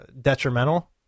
detrimental